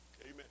Amen